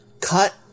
cut